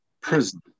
prison